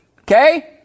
Okay